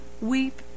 weep